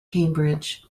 cambridge